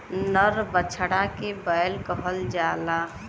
नर बछड़ा के बैल कहल जाला